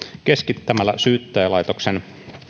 keskittämällä syyttäjälaitoksen